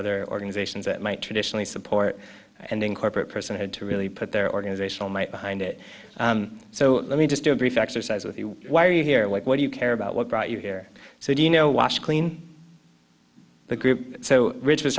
other organizations that might traditionally support and in corporate personhood to really put their organizational might behind it so let me just do a brief exercise with you why are you here what do you care about what brought you here so you know washed clean the group so rich was